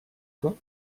toi